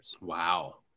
Wow